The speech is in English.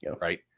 right